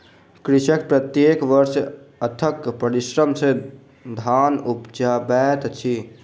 कृषक प्रत्येक वर्ष अथक परिश्रम सॅ धान उपजाबैत अछि